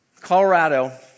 Colorado